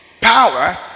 power